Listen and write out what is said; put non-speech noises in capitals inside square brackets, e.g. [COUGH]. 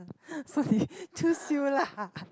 so he [BREATH] choose you lah [LAUGHS]